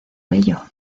bello